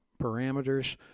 parameters